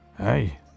Hey